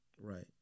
right